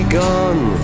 gone